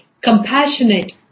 compassionate